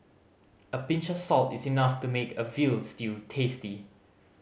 a pinch of salt is enough to make a veal stew tasty